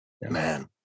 Man